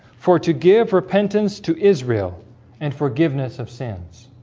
for to give repentance to israel and forgiveness of sins